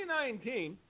2019